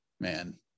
man